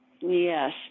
Yes